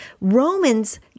Romans